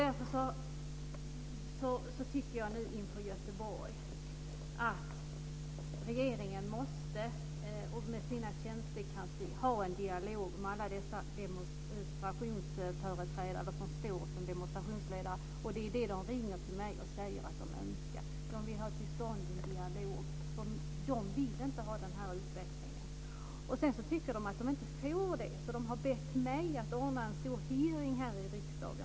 Därför tycker jag nu inför Göteborgsmötet att regeringen och dess tjänstemän i kansliet måste ha en dialog med alla dessa demonstrationsledare. De ringer till mig och säger att de önskar få till stånd en dialog. De vill inte ha den här utvecklingen. De tycker att de inte får det, så de har bett mig att ordna en stor hearing här i riksdagen.